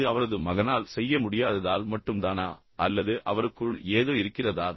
இது அவரது மகனால் செய்ய முடியாததால் மட்டும்தானா அல்லது அவருக்குள் ஏதோ இருக்கிறதா